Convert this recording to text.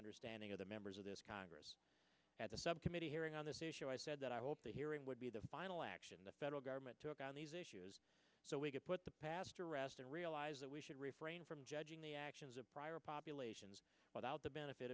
understanding of the members of this congress at the subcommittee hearing on this issue i said that i hope that hearing would be the final action the federal government took on these so we could put the past to rest and realize that we should refrain from judging the actions of prior populations without the benefit